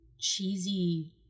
cheesy